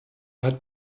hat